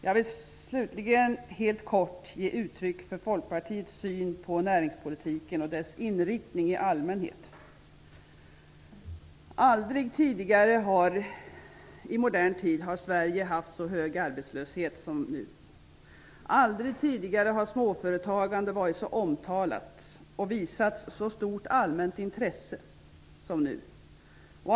Jag vill slutligen helt kort ge uttryck för Folkpartiets syn på näringspolitiken och dess inriktning i allmänhet. Aldrig tidigare i modern tid har Sverige haft så hög arbetslöshet som nu. Aldrig tidigare har småföretagande varit så omtalat och visats så stort allmänt intresse som nu.